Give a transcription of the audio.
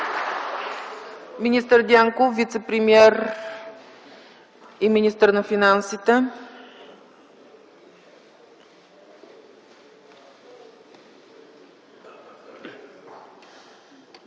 Министър Дянков – вицепремиер и министър на финансите.